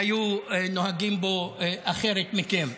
היו נוהגים בו אחרת מכם.